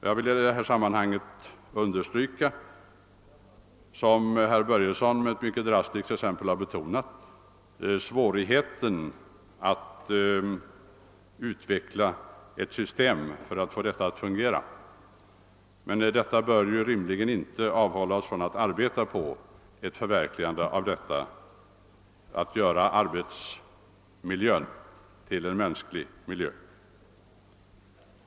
Jag vill i sammanhanget understryka — vilket herr Börjesson i Glömminge med ett mycket drastiskt exempel redan har gjort — svårigheten att utveckla ett system för att få arbetsdemokratin att fungera, men detta bör rimligen inte avhålla oss från att arbeta på att göra arbetsmiljön till en mänsklig miljö.